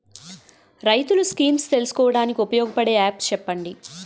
రైతులు స్కీమ్స్ తెలుసుకోవడానికి ఉపయోగపడే యాప్స్ చెప్పండి?